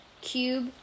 Cube